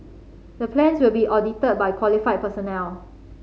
the plans will be audited by qualified personnel